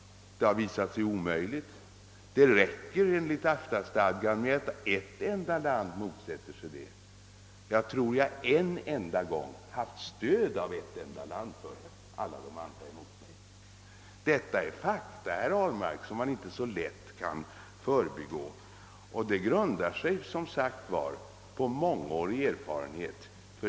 Det räcker enligt EFTA-stadgan att ett enda land motsätter sig det. Jag tror att jag en enda gång haft stöd av ett land medan alla de andra varit emot mig. Detta är fakta, herr Ahlmark, som man inte så lätt kan förbigå, och de grundar sig som sagt på mångårig erfarenhet.